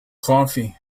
coffee